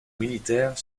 militaires